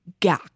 Gak